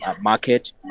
market